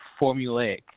formulaic